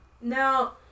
Now